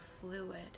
fluid